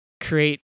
create